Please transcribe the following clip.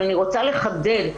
אבל אני רוצה לחדד,